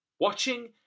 Watching